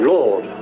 Lord